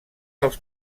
els